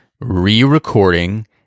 re-recording